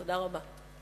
תודה רבה.